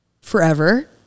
forever